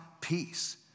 peace